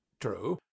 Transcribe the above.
true